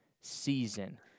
season